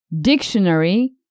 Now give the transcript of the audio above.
Dictionary